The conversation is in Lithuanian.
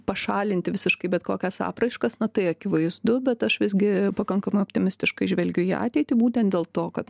pašalinti visiškai bet kokias apraiškas na tai akivaizdu bet aš visgi pakankamai optimistiškai žvelgiu į ateitį būtent dėl to kad